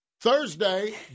Thursday